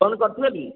phone କରିଥିଲ କି